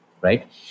Right